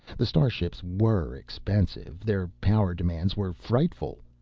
the starships were expensive their power demands were frightful.